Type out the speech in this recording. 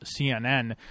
CNN